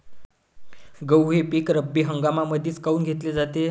गहू हे पिक रब्बी हंगामामंदीच काऊन घेतले जाते?